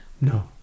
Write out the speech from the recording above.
No